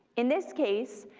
in this case,